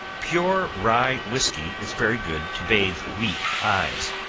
pure rye whiskey is very good to bathe weak eyes.